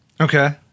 Okay